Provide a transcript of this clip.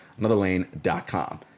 AnotherLane.com